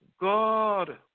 God